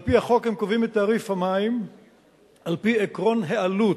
על-פי החוק הם קובעים את תעריף המים על-פי עקרון העלות,